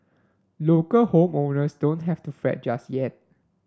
local home owners don't have to fret just yet